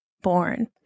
Born